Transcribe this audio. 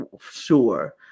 sure